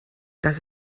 dass